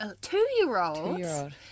two-year-old